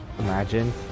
Imagine